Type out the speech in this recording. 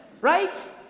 right